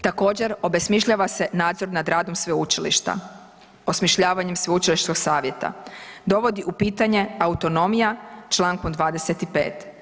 Također obesmišljava se nadzor nad radom sveučilišta, osmišljavanju sveučilišnog savjeta, dovodi u pitanje autonomija Člankom 25.